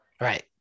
right